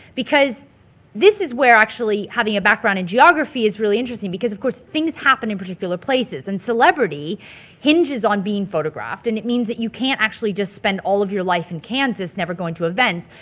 because this is where actually having a background in geography is really interesting because of course things happen in particular places. and celebrity hinges on being photographed and it means that you can't actually just spend all of your life in kansas never going to events.